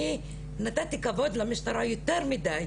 אני נתתי כבוד למשטרה יותר מדיי.